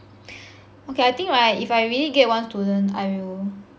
okay I think right if I really get one student I will